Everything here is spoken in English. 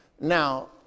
now